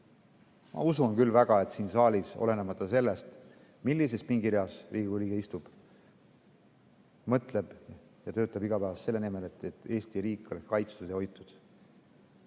Ma usun küll väga, et siin saalis, olenemata sellest, millises pingireas Riigikogu liige istub, mõtleb ta sellele ja töötab iga päev selle nimel, et Eesti riik oleks kaitstud ja hoitud.